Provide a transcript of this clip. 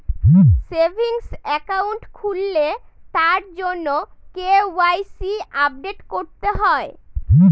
savings account খুললে তার জন্য কে.ওয়াই.সি আপডেট করতে হয়